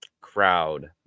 crowd